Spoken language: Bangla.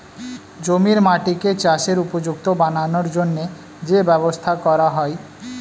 জমির মাটিকে চাষের উপযুক্ত বানানোর জন্যে যে ব্যবস্থা করা হয়